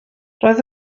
roedd